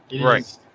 Right